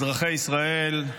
אזרחי ישראל,